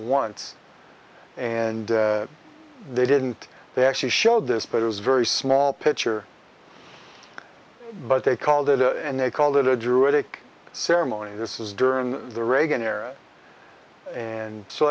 once and they didn't they actually showed this but it was very small picture but they called it and they called it a druidic ceremony this is during the reagan era and so